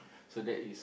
so that is